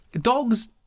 dogs